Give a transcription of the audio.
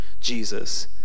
Jesus